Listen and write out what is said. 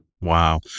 Wow